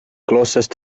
closest